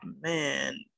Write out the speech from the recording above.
man